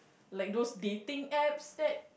like those dating apps that